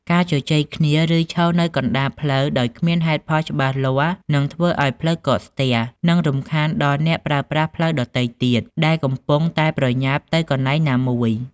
ការជជែកគ្នាឬឈរនៅកណ្តាលផ្លូវដោយគ្មានហេតុផលច្បាស់លាស់នឹងធ្វើឱ្យផ្លូវកកស្ទះនិងរំខានដល់អ្នកប្រើប្រាស់ផ្លូវដ៏ទៃទៀតដែលកំពុងតែប្រញាប់ទៅកន្លែងណាមួយ។